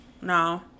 No